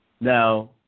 Now